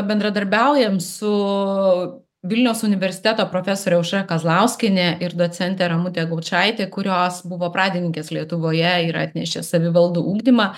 bendradarbiaujam su vilniaus universiteto profesore aušra kazlauskiene ir docente ramute gaučaite kurios buvo pradininkės lietuvoje ir atnešė savivaldų ugdymą